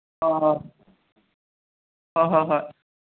ꯑꯣ ꯍꯣꯏ ꯍꯣꯏ ꯍꯣꯏ